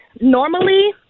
normally